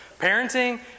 parenting